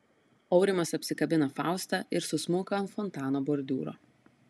aurimas apsikabina faustą ir susmunka ant fontano bordiūro